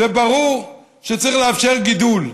ברור שצריך לאפשר גידול,